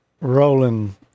rolling